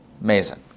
Amazing